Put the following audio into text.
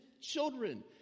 children